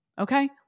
okay